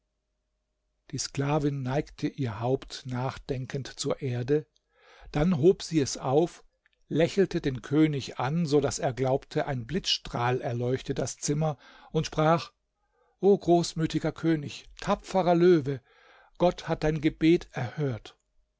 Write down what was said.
die sklavin neigte ihr haupt nachdenkend zur erde dann hob sie es auf lächelte den könig an so daß er glaubte ein blitzstrahl erleuchte das zimmer und sprach o großmütiger könig tapferer löwe gott hat dein gebet erhört